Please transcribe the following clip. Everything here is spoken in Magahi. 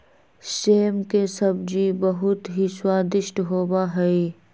सेम के सब्जी बहुत ही स्वादिष्ट होबा हई